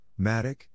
Matic